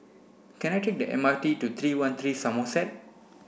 can I take the M R T to three one three Somerset